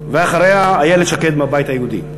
אחריה, איילת שקד מהבית היהודי.